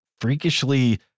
freakishly